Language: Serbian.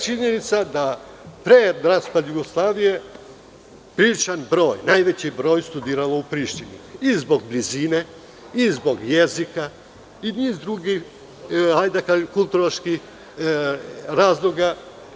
Činjenica je da pre raspada Jugoslavije priličan broj, najveći broj je studiralo u Prištini, i zbog blizine, i zbog jezika, i niza drugih, hajde da kažem, kulturoloških razloga.